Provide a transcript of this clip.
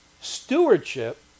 stewardship